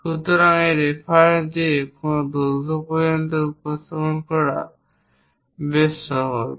সুতরাং এই রেফারেন্স দিয়ে কোন দৈর্ঘ্য পর্যন্ত উপস্থাপন করা বেশ সহজ